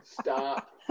stop